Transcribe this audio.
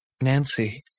Nancy